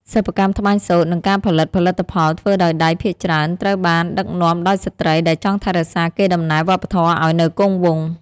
សិប្បកម្មត្បាញសូត្រ និងការផលិតផលិតផលធ្វើដោយដៃភាគច្រើន ត្រូវបានដឹកនាំដោយស្ត្រីដែលចង់ថែរក្សាកេរដំណែលវប្បធម៌ឱ្យនៅគង់វង្ស។